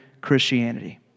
Christianity